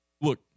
look